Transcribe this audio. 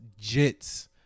jits